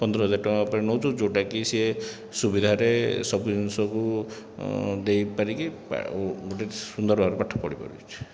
ପନ୍ଦର ହଜାର ଟଙ୍କା ଉପରେ ନେଉଛୁ ଯେଉଁଟାକି ସେ ସୁବିଧାରେ ସବୁ ଜିନିଷକୁ ଦେଇପାରିକି ଗୋଟିଏ ସୁନ୍ଦର ଭାବରେ ପାଠ ପଢ଼ିପାରୁଛି